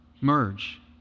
merge